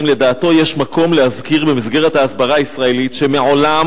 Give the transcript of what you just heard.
האם לדעתו יש מקום להזכיר במסגרת ההסברה הישראלית שמעולם